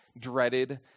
dreaded